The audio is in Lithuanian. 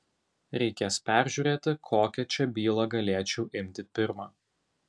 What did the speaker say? reikės peržiūrėti kokią čia bylą galėčiau imti pirmą